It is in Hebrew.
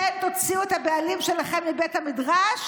אתן תוציאו את הבעלים שלכן מבית המדרש